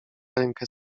rękę